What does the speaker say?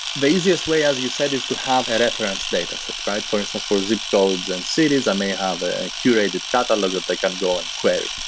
the easiest way as you said is to have a reference dataset. for for instance, for zip codes and cities, i may have a curated catalog that they can go and query.